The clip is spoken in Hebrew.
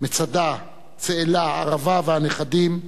מצדה, צאלה, ערבה, והנכדים,